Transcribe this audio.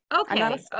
Okay